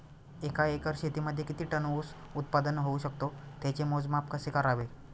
एका एकर शेतीमध्ये किती टन ऊस उत्पादन होऊ शकतो? त्याचे मोजमाप कसे करावे?